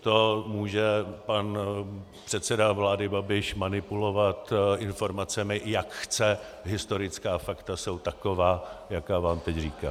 To může pan předseda vlády Babiš manipulovat informacemi, jak chce, historická fakta jsou taková, jaká vám teď říkám.